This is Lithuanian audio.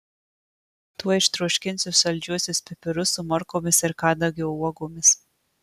tuoj ištroškinsiu saldžiuosius pipirus su morkomis ir kadagio uogomis